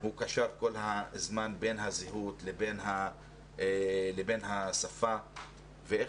הוא קשר כל הזמן בין הזהות לבין השפה ואיך